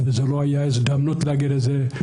לא הייתה הזדמנות להגיד את זה.